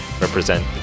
represent